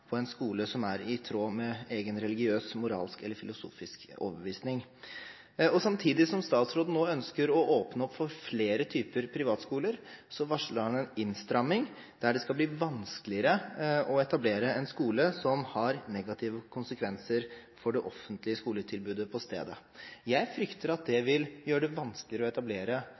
på en skole som er i tråd med egen religiøs, moralsk eller filosofisk overbevisning. Samtidig som statsråden nå ønsker å åpne opp for flere typer privatskoler, varsler han en innstramming der det skal bli vanskeligere å etablere en skole som har negative konsekvenser for det offentlige skoletilbudet på stedet. Jeg frykter at det vil gjøre det vanskeligere å etablere